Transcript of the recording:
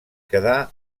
quedà